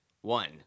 one